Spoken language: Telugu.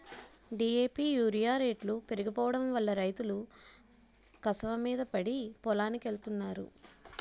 డి.ఏ.పి యూరియా రేట్లు పెరిగిపోడంవల్ల రైతులు కసవమీద పడి పొలానికెత్తన్నారు